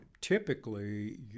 typically